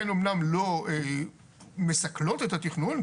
הן אומנם לא מסכלות את התכנון,